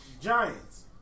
Giants